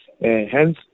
Hence